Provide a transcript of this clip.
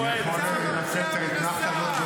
אני יכול לנצל את האתנחתה.